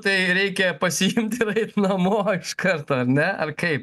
tai reikia pasiimt ir eit namo iš karto ar ne ar kaip